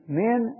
men